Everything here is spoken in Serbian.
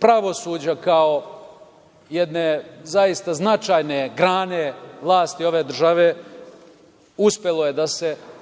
pravosuđa kao jedne zaista značajne grane vlasti ove države, uspelo je